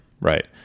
right